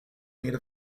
made